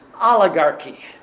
oligarchy